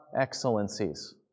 excellencies